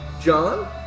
John